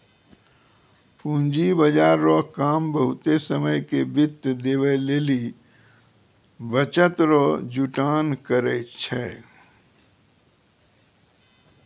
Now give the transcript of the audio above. पूंजी बाजार रो काम बहुते समय के वित्त देवै लेली बचत रो जुटान करै छै